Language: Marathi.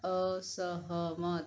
असहमत